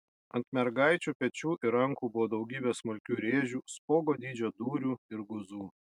ant mergaičių pečių ir rankų buvo daugybė smulkių rėžių spuogo dydžio dūrių ir guzų